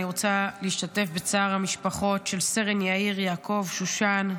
אני רוצה להשתתף בצער המשפחות של סרן יאיר יעקב שושן,